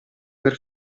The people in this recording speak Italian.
per